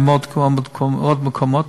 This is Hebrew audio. ובעוד מקומות,